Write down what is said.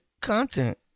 content